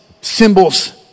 symbols